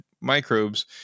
microbes